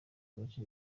gace